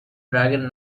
dragon